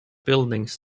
buildings